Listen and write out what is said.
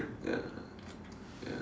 ya ya